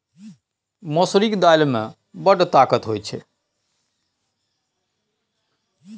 मसुरीक दालि मे बड़ ताकत होए छै